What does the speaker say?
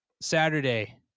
Saturday